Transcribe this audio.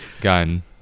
Gun